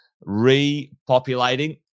re-populating